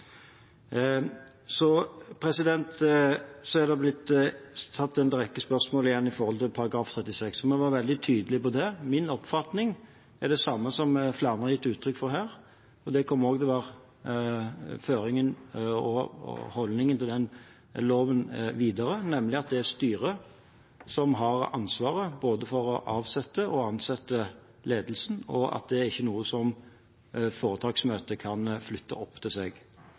Så er det igjen blitt stilt en rekke spørsmål knyttet til § 36. Vi var veldig tydelige på det. Min oppfatning er den samme som flere har gitt uttrykk for her. Det kommer også til å være føringen og holdningen til den loven videre, nemlig at det er styret som har ansvaret for både å ansette og avsette ledelsen, og at det ikke er noe som foretaksmøtet kan flytte opp til seg.